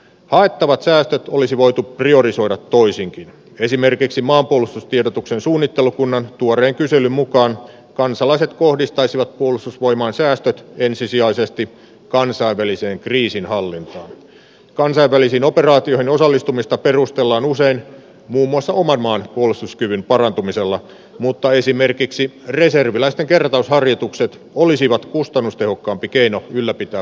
aloittavat säästöt olisi voitu priorisoidut toisinkin esimerkiksi maanpuolustustiedotuksen suunnittelukunnan tuoreen kyselyn mukaan kansalaiset kohdistaisivat puolustusvoimain säästö ensisijaisesti kansainväliseen kriisinhallintaan kansainvälisiin operaatioihin osallistumista perustellaan usein muun muassa oman maan puolustuskyvyn parantumisella mutta esimerkiksi reserviläisten kertausharjoitukset olisivat kustannustehokkaampi keino ylläpitää